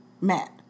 Matt